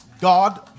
God